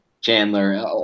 chandler